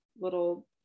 little